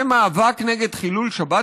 זה מאבק נגד חילול שבת?